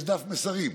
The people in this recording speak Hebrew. יש דף מסרים.